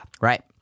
Right